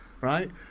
right